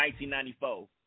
1994